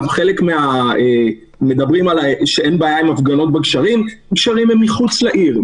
חלק אומרים שאין הפגנות בגשרים גשרים הם מחוץ לעיר.